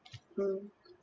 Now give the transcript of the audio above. mm